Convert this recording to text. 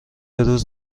روز